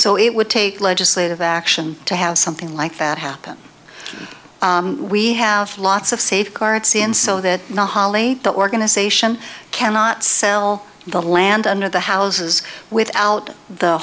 so it would take legislative action to have something like that happen we have lots of safeguards in so that no holly the organization cannot sell the land under the houses without the